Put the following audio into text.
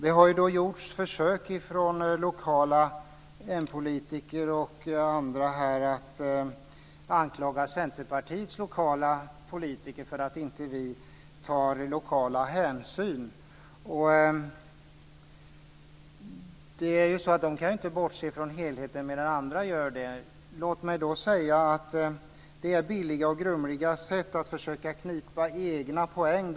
Det har här gjorts försök bl.a. av lokala mpolitiker att anklaga Centerpartiets lokala politiker för att inte ta lokala hänsyn. Våra lokala politiker kan inte bortse från helheten, även om andra gör det. Låt mig säga att detta är billiga och grumliga sätt att försöka knipa egna poäng.